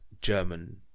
German